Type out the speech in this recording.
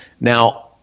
Now